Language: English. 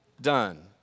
done